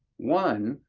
one,